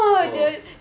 oh